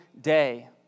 day